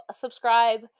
subscribe